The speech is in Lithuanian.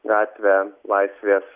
gatvę laisvės